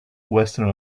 western